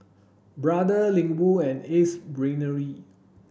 Brother Ling Wu and Ace Brainery